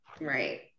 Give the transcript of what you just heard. Right